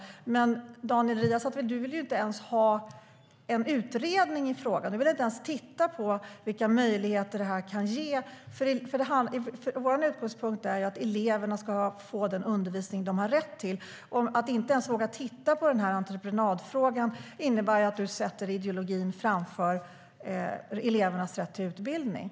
Men Daniel Riazat vill inte ens ha en utredning i frågan. Du vill inte ens titta på vilka möjligheter det kan ge. Vår utgångspunkt är att eleverna ska få den undervisning de har rätt till. Att inte ens våga titta på entreprenadfrågan innebär att du sätter ideologin framför elevernas rätt till utbildning.